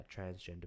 transgender